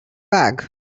bag